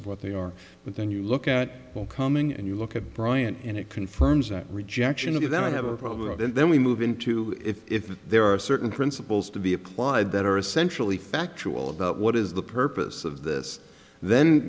of what they are but then you look at all coming and you look at bryant and it confirms that rejection of you then i have a problem and then we move into if there are certain principles to be applied that are essentially factual about what is the purpose of this then